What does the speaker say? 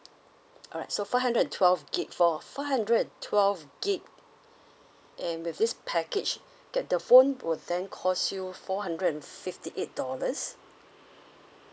alright so five hundred and twelve gig for five hundred twelve gig and with this package that the phone will then cost you four hundred and fifty eight dollars